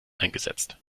eingesetzt